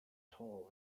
tall